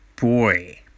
Boy